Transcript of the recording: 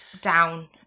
down